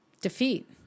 Defeat